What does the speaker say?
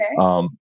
Okay